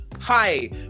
hi